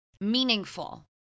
meaningful